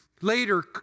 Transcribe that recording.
later